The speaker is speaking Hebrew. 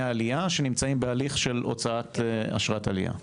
עלייה שנמצאים בהליך של הוצאת אשרת עלייה.